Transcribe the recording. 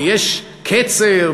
ויש קצר,